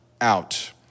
out